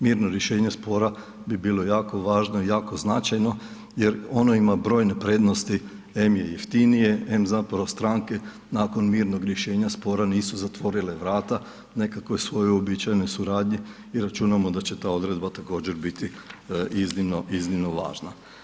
Mirno rješenje spora bi bilo jako važno i jako značajno, jer ono ima brojne prednosti, em je jeftinije, em zapravo stranke, nakon mirnog rješenja spora nisu zatvorile vrata, nekakvoj svojoj uobičajenoj suradnji i računamo da će ta odredba također biti iznimno, iznimno važna.